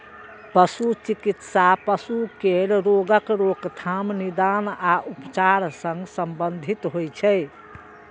पशु चिकित्सा पशु केर रोगक रोकथाम, निदान आ उपचार सं संबंधित होइ छै